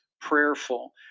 prayerful